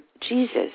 Jesus